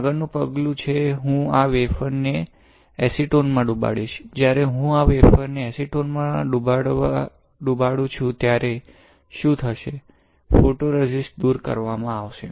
આગળનું પગલું છે હું આ વેફર ને એસીટોન માં ડૂબડીશ જ્યારે હું આ વેફર ને એસીટોન માં ડુબાડુ છું ત્યારે શું થશે ફોટોરેઝિસ્ટ દુર કરવામાં આવશે